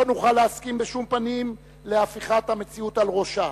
לא נוכל להסכים בשום פנים להפיכת המציאות על ראשה,